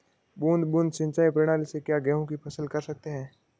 बूंद बूंद सिंचाई प्रणाली से क्या गेहूँ की फसल कर सकते हैं?